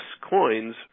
coins